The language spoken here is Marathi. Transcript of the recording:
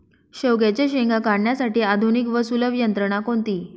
शेवग्याच्या शेंगा काढण्यासाठी आधुनिक व सुलभ यंत्रणा कोणती?